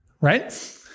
right